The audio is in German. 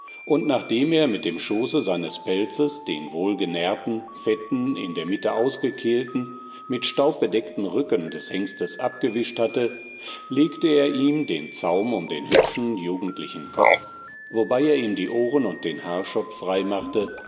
und nachdem er mit dem schoße seines pelzes den wohlgenährten fetten in der mitte ausgekehlten mit staub bedeckten rücken des hengstes abgewischt hatte legte er ihm den zaum um den hübschen jugendlichen kopf wobei er ihm die ohren und den haarschopf freimachte